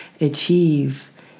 achieve